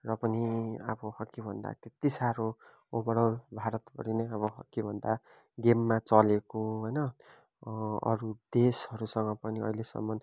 र पनि आब हकीभन्दा त्यत्ति साह्रो ओभरल भारतभरि नै अब हकीभन्दा गेममा चलेको होइन अरू देशहरूसँग पनि अहिलेसम्म